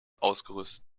ausgerüstet